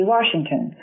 Washington